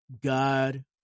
God